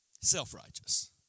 self-righteous